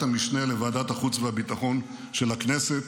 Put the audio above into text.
המשנה לוועדת החוץ והביטחון של הכנסת,